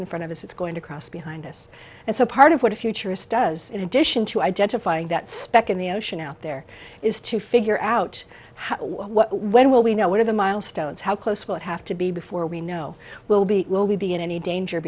in front of us it's going to cross behind us and so part of what a futurist does in addition to identifying that speck in the ocean out there is to figure out how when will we know what are the milestones how close will it have to be before we know will be will we be in any danger